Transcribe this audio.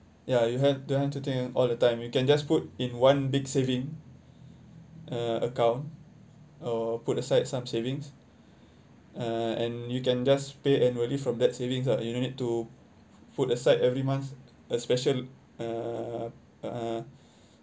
ya you have don't have to think all the time you can just put in one big saving uh account uh or put aside some savings uh and you can just pay annually from that savings lah you don't need to put aside every month a special uh uh